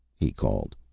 he called.